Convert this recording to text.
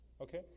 Okay